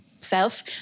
self